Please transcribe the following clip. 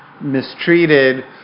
mistreated